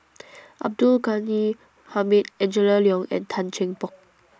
Abdul Ghani Hamid Angela Liong and Tan Cheng Bock